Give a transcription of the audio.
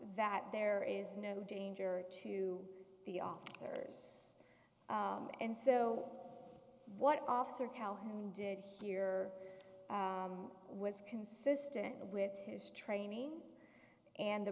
that there is no danger to the officers and so what officer calhoun did here was consistent with his training and the